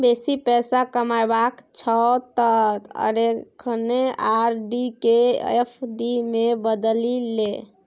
बेसी पैसा कमेबाक छौ त अखने आर.डी केँ एफ.डी मे बदलि ले